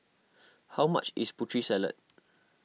how much is Putri Salad